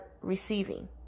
receiving